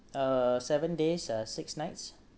uh seven days uh six nights